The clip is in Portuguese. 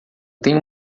tenho